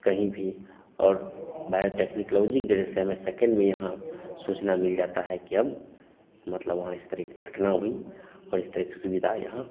कहीं भी और बायोटेक्निकलॉजी जैसे हमें सेकेन्ड में यहाँ सूचना मिल जाती है कि हम मतलब वहाँ इस तरह की घटना हुई और इस तरह की सुविधा यहाँ